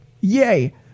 yay